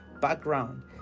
background